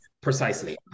Precisely